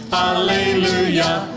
hallelujah